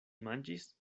manĝis